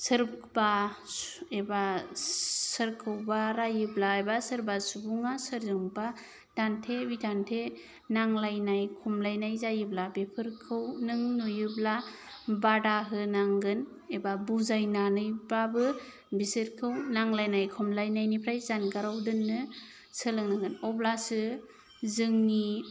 सोरबा एबा सोरखौबा रायोब्ला एबा सोरबा सुबङा सोरजोंबा दान्थे बिदान्थे नांज्लायनाय खमलायनाय जायोब्ला बेफोरखौ नों नुयोब्ला बादा होनांगोन एबा बुजायनानैब्लाबो बिसोरखौ नांज्लायनाय खमलायनायनिफ्राय जानगाराव दोननो सोलोंनांगोन अब्लासो जोंनि